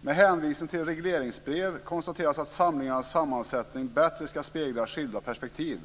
Med hänvisning till regleringsbrev konstateras att samlingarnas sammansättning bättre ska spegla skilda perspektiv.